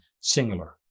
singular